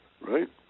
right